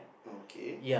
okay